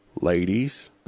ladies